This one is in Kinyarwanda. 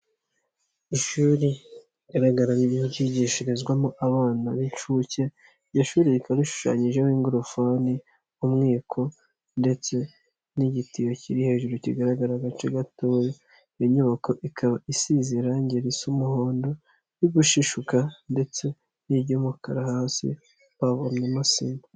Ishuri rigaragara nkaho ryigishirizwamo abana b'incuke, iryo shuri rikaba rishushanyijeho ingofero n'umwiko ndetse n'igitibo kiri hejuru kigaragara agace gato, iyo nyubako ikaba isize irangi risa umuhondo riri gushishuka ndetse n'iry'umukara hasi babonye amasima.